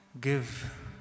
Give